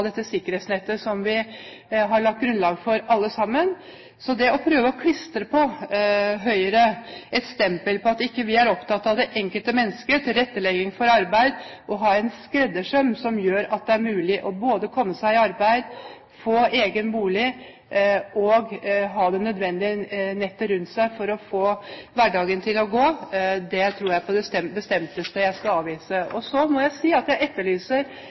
dette sikkerhetsnettet som vi har lagt grunnlaget for alle sammen. Så det å prøve å klistre på Høyre et stempel på at vi ikke er opptatt av det enkelte mennesket, tilrettelegging for arbeid og ha en skreddersøm som gjør at det er mulig både å komme seg i arbeid, få egen bolig og ha det nødvendige nettet rundt seg for å få hverdagen til å gå, tror jeg på det mest bestemte jeg skal avvise. Så må jeg si at jeg etterlyser